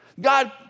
God